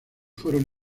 fueron